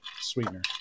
sweetener